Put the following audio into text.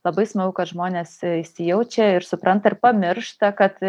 labai smagu kad žmonės įsijaučia ir supranta ir pamiršta kad